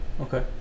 okay